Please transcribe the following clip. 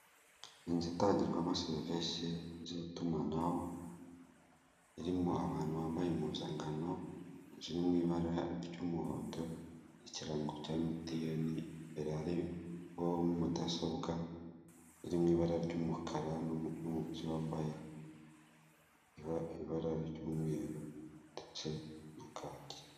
Inzu itangirwamo servise z'itumanaho irimo abantu bambaye impuzankano ziri mu ibara ry'umuhondo, ikirango cya emutiyene imbere hariho mudasobwa iri mu ibara ry'umukara n'undi wambaye ibara ry'umweru ndetse na kati.